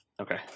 Okay